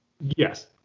Yes